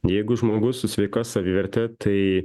jeigu žmogus su sveika saviverte tai